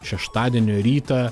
šeštadienio rytą